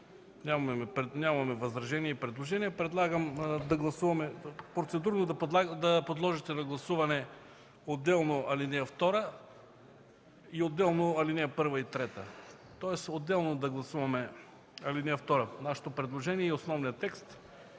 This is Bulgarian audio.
нямаме възражения и предложения, предлагам процедурно да подложите на гласуване отделно ал. 2 и отделно ал. 1 и 3. Тоест, отделно да гласуваме ал. 2 – нашето предложение и основния текст,